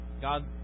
God